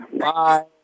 bye